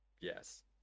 yes